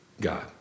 God